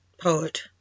poet